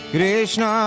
Krishna